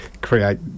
create